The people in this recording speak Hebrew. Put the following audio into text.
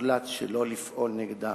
הוחלט שלא לפעול נגדם,